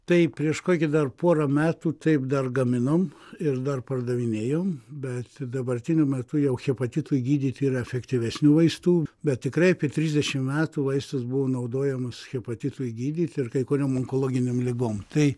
tai prieš kokią dar porą metų taip dar gaminom ir dar pardavinėjom bet dabartiniu metu jau hepatitui gydyt yra efektyvesnių vaistų bet tikrai per trisdešimt metų vaistas buvo naudojamas hepatitui gydyt ir kai kuriom onkologinėm ligom tai